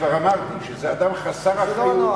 וכבר אמרתי שזה אדם חסר אחריות,